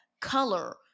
color